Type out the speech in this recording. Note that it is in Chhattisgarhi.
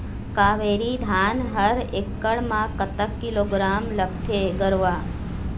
कावेरी धान हर एकड़ म कतक किलोग्राम लगाथें गरवा?